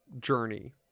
journey